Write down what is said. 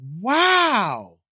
Wow